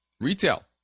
retail